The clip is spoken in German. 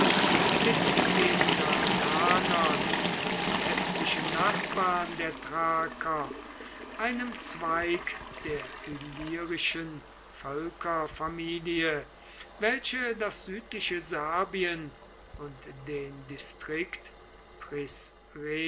mit den dardanern den westlichen nachbarn der thraker einem zweig der illyrischen völkerfamilie welche das südliche serbien und den